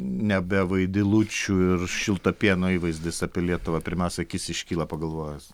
nebe vaidilučių ir šilto pieno įvaizdis apie lietuvą pirmiausia akis iškyla pagalvojus